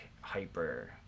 hyper